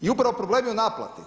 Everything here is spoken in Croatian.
I upravo problem je u naplati.